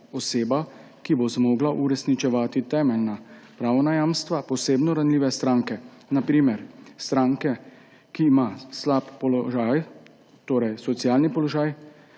ki bo zmogla uresničevati temeljna pravna jamstva posebno ranljive stranke, na primer stranke, ki ima slab socialni položaj,